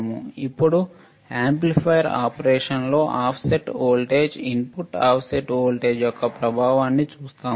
ఇప్పుడు యాంప్లిఫైయర్ ఆపరేషన్లో offset voltage input offset voltage యొక్క ప్రభావాన్ని చూస్తాము